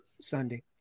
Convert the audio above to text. Sunday